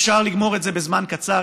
אפשר לגמור את זה בזמן קצר,